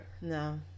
No